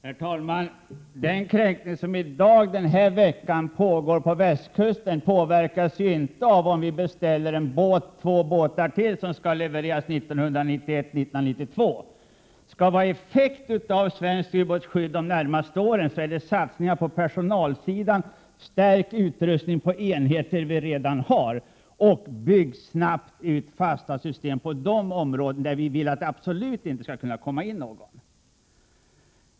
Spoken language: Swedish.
Herr talman! De kränkningar som vi har rapporter om den här veckan påverkas inte av om vi beställer två båtar till för leverans tidigast 1991-1992. Skall vi få ut någon ytterligare effekt av svenskt ubåtsskydd de närmaste åren handlar det om satsningar på personalsidan, förstärkt utrustning på enheter som vi redan har och snabb utbyggnad av fasta system i de områden där vi absolut inte vill att det skall kunna komma in någon.